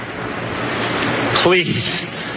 Please